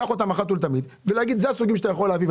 קח ותאמר שאלה הסוגים שהוא יכול להביא.